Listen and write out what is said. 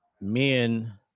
men